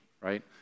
right